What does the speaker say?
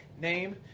name